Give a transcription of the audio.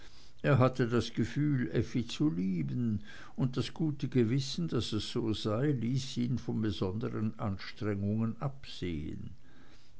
er hatte das gefühl effi zu lieben und das gute gewissen daß es so sei ließ ihn von besonderen anstrengungen absehen